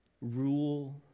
rule